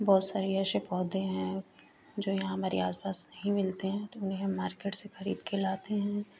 बहुत सारे ऐसे पौधे हैं जो यहाँ हमारे आस पास नहीं मिलते हैं तो उन्हें हम मार्केट से खरीद कर लाते हैं